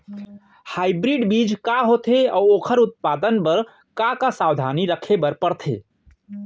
Hybrid बीज का होथे अऊ ओखर उत्पादन बर का का सावधानी रखे बर परथे?